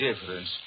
difference